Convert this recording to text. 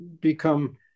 become